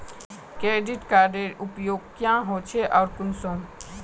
Credit कार्डेर उपयोग क्याँ होचे आर कुंसम?